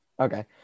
Okay